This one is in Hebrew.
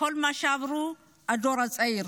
כל מה שעבר הדור הצעיר,